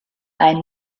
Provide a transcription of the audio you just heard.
ein